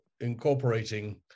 incorporating